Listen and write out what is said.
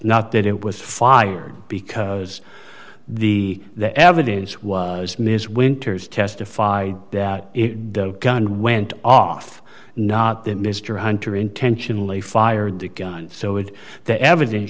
not that it was fired because the evidence was ms winters testified that if the gun went off not that mr hunter intentionally fired the gun so it the evidence